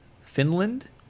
Finland